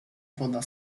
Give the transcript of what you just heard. woda